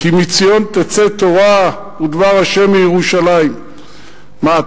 "כי מציון תצא תורה ודבר ה' מירושלים." מה,